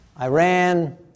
Iran